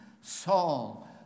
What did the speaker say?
Saul